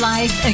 Life